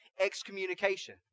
excommunication